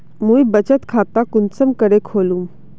मुई बचत खता कुंसम करे खोलुम?